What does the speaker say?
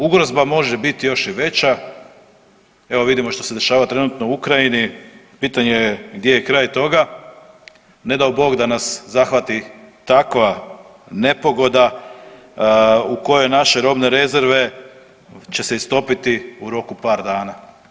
Ugrozba može biti još i veća, evo vidimo što se dešava trenutno u Ukrajini, pitanje je gdje je kraj toga, ne dao Bog da nas zahvati takva nepogoda u kojoj naše robne rezerve će se istopiti u roku par dana.